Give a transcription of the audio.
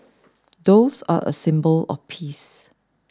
doves are a symbol of peace